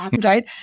right